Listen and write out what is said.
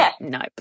nope